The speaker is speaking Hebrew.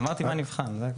אמרתי מה נבחן, זה הכל.